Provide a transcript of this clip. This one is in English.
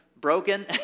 broken